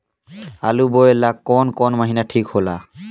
आलू बोए ला कवन महीना ठीक हो ला?